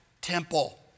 temple